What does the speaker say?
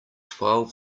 twelve